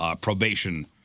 probation